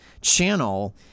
channel